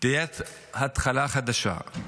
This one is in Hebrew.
תהיה התחלה חדשה,